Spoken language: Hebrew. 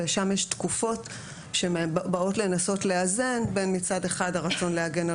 ושם יש תקופות שבאות לנסות לאזן בין הרצון להגן על